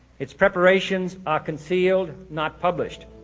its preparations are concealed, not published.